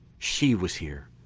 she was here,